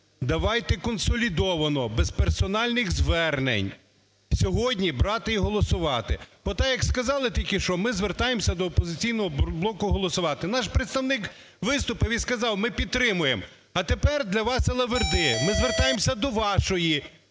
Давайте консолідовано, без персональних звернень сьогодні брати і голосувати. От так, як сказали тільки що: "Ми звертаємося до "Опозиційного блоку" голосувати". Наш представник виступив і сказав: ми підтримуємо, а тепер для вас алаверди, ми звертаємося до вашої